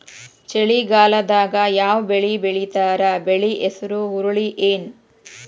ಚಳಿಗಾಲದಾಗ್ ಯಾವ್ ಬೆಳಿ ಬೆಳಿತಾರ, ಬೆಳಿ ಹೆಸರು ಹುರುಳಿ ಏನ್?